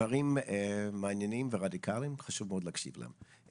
דברים מעניינים ורדיקליים, חשוב מאוד להקשיב להם.